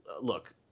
Look